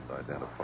identify